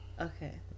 Okay